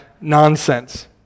nonsense